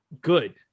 good